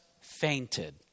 fainted